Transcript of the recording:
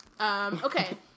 Okay